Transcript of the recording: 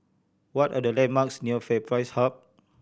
what are the landmarks near FairPrice Hub